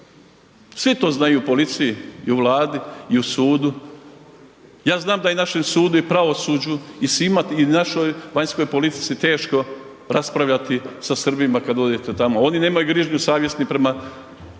Svi to znaju, u policiji i u Vladu i u sudu. Ja znam da je našem sudu i pravosuđu i svima i našoj vanjskoj politici teško raspravljati kad Srbima kad odete tamo, oni nemaju grižnju savjesti ni prema